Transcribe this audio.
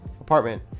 apartment